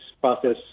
process